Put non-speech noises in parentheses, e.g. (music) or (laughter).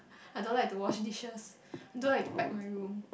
I don't like to wash dishes (breath) don't like to pack my room